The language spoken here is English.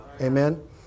Amen